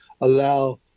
allow